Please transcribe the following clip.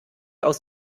aus